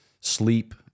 sleep